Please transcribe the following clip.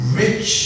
rich